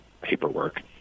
paperwork